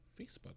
Facebook